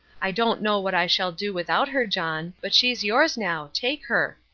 i don't know what i shall do without her, john, but she's yours now take her.